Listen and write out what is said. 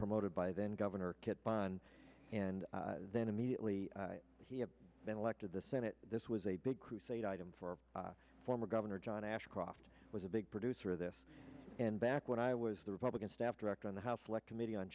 promoted by then governor kit bond and then immediately he has been elected the senate this was a big crusade item for former governor john ashcroft was a big producer of this and back when i was the republican staff director on the house select committee on